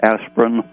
Aspirin